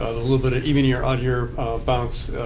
a little bit of even year odd year bounce.